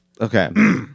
Okay